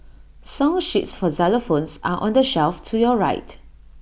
song sheets for xylophones are on the shelf to your right